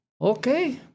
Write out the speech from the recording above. Okay